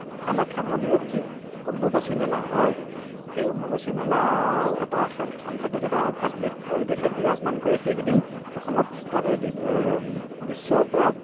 কামাখ্যা মন্দিৰত যি অম্বুবাচী মেলা হয় সেই অম্বুবাচী মেলাও এটা সাংঘাতিক এটা আধ্যাত্মিক পৰিৱেশে বিৰাজমান কৰে সেইকেইদিন অসমত তাতে বিশ্বৰ পৰা